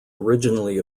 originally